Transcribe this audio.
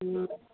हम्म